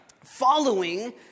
following